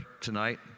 tonight